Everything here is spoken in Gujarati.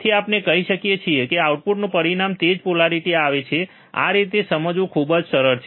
તેથી આપણે કહી શકીએ છીએ કે આઉટપુટ નું પરિણામ તે જ પોલારિટી આવે છે તે આ રીતે સમજવું ખૂબ જ સરળ છે